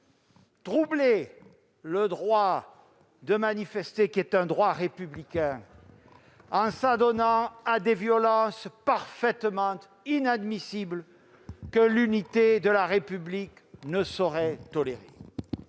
troublent le droit de manifester- c'est un droit républicain -, en s'adonnant à des violences parfaitement inadmissibles, que l'unité de la République ne saurait tolérer.